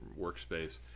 workspace